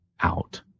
out